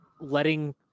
letting